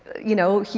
you know,